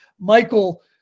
Michael